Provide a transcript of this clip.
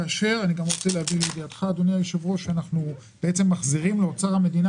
כאשר אנחנו בעצם מחזירים לאוצר המדינה